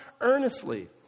earnestly